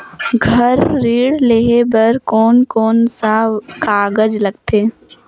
घर ऋण लेहे बार कोन कोन सा कागज लगथे?